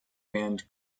band